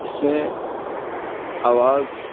اس میں آواز